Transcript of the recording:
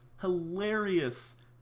hilarious